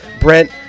Brent